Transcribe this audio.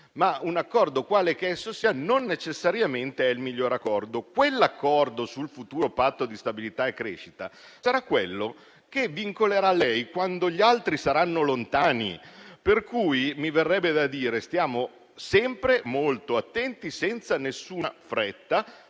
ma un accordo quale che esso sia non necessariamente è il miglior accordo. L'accordo sul futuro Patto di stabilità e crescita sarà quello che vincolerà lei quando gli altri saranno lontani, per cui mi verrebbe da dire di stare sempre molto attenti, senza nessuna fretta: